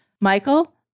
Michael